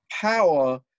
power